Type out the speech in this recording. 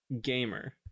Gamer